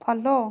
follow